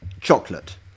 chocolate